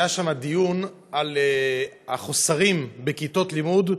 כשהיה שם דיון על החוסר בכיתות לימוד,